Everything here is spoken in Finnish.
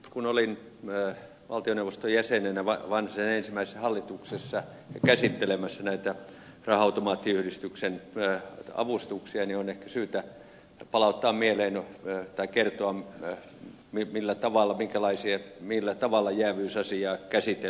kun olin valtioneuvoston jäsenenä vanhasen ensimmäisessä hallituksessa käsittelemässä näitä raha automaattiyhdistyksen avustuksia niin on ehkä syytä kertoa millä tavalla jääviysasiaa käsiteltiin